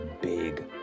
big